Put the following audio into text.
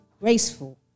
graceful